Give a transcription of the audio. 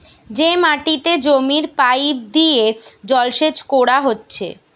যে মাটিতে জমির পাইপ দিয়ে জলসেচ কোরা হচ্ছে